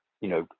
you know,